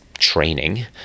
training